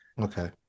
okay